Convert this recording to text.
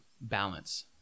balance